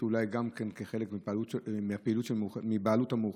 שאולי הוא חלק בבעלות מאוחדת,